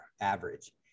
average